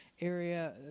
area